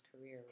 career